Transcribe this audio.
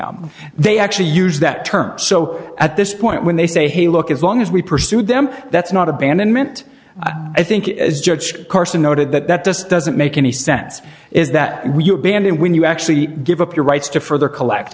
our they actually use that term so at this point when they say hey look as long as we pursued them that's not abandonment i think is judge carson noted that that this doesn't make any sense is that we abandon when you actually give up your rights to further collect